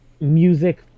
music